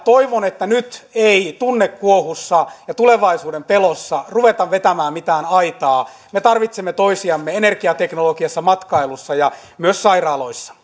toivon että nyt ei tunnekuohussa ja tulevaisuuden pelossa ruveta vetämään mitään aitaa me tarvitsemme toisiamme energia teknologiassa matkailussa ja myös sairaaloissa